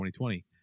2020